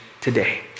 today